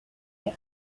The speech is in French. les